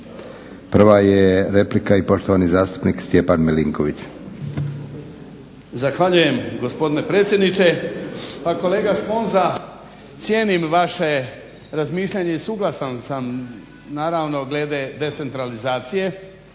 Prva je replika i poštovani zastupnik Stjepan Milinković. **Milinković, Stjepan (HDZ)** Zahvaljujem gospodine predsjedniče. Pa kolega Sponza cijenim vaše razmišljanje i suglasan sam naravno glede decentralizacije